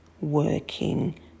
working